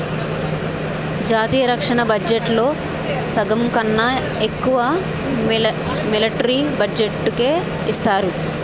జాతీయ రక్షణ బడ్జెట్లో సగంకన్నా ఎక్కువ మిలట్రీ బడ్జెట్టుకే ఇస్తారు